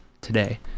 today